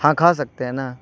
ہاں کھا سکتے ہیں نا